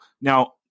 Now